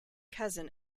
cousin